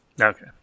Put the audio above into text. Okay